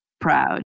proud